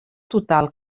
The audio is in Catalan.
total